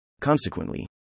Consequently